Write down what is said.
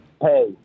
Hey